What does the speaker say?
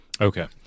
okay